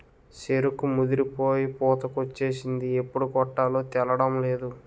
సెరుకు ముదిరిపోయి పూతకొచ్చేసింది ఎప్పుడు కొట్టాలో తేలడంలేదు